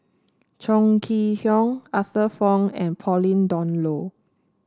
Chong Kee Hiong Arthur Fong and Pauline Dawn Loh